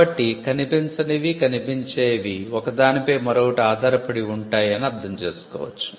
కాబట్టి కనిపించనివి కనిపించేవి ఒక దానిపై మరొకటి ఆధార పడి ఉంటాయి అని అర్ధం చేసుకోవచ్చు